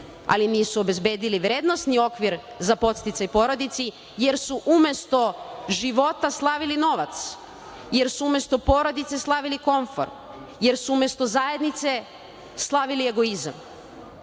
ali nisu obezbedili vrednosni okvir za podsticaj porodici, jer su umesto života slavili novac, jer su umesto porodice slavili komfor, jer su umesto zajednice slavili egoizam